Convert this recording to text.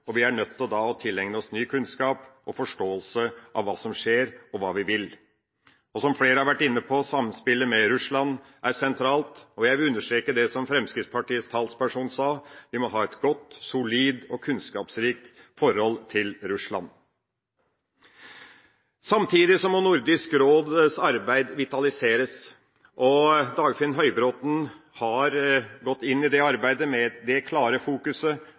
og vi er nødt til å tilegne oss ny kunnskap og forståelse av hva som skjer, og hva vi vil. Som flere har vært inne på, er samspillet med Russland sentralt, og jeg vil understreke det som Fremskrittspartiets talsperson sa om at vi må ha et godt, solid og kunnskapsrikt forhold til Russland. Samtidig må Nordisk råds arbeid vitaliseres. Dagfinn Høybråten har gått inn i det arbeidet med dette klart i fokus, og det